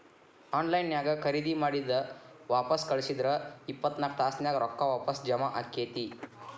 on line ನ್ಯಾಗ್ ಖರೇದಿ ಮಾಡಿದ್ ವಾಪಸ್ ಕಳ್ಸಿದ್ರ ಇಪ್ಪತ್ನಾಕ್ ತಾಸ್ನ್ಯಾಗ್ ರೊಕ್ಕಾ ವಾಪಸ್ ಜಾಮಾ ಆಕ್ಕೇತಿ